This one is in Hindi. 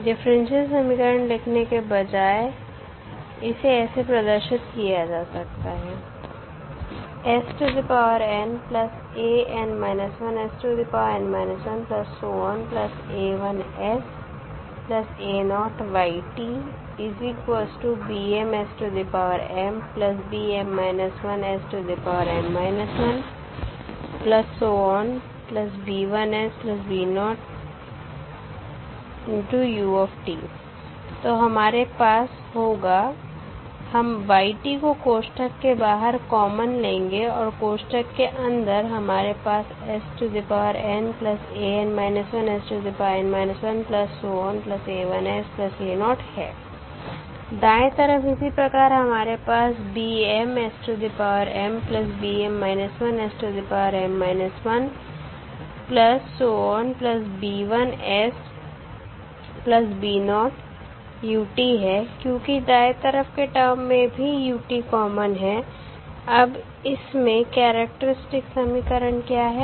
डिफरेंशियल समीकरण लिखने के बजाय इसे ऐसे प्रदर्शित किया जा सकता है तो हमारे पास होगा हम y को कोष्टक के बाहर कॉमन लेंगे और कोष्टक के अंदर हमारे पास है दाएं तरफ इसी प्रकार हमारे पास है क्योंकि दाएं तरफ के टर्म में भी u कॉमन है अब इसमें कैरेक्टरिस्टिक समीकरण क्या है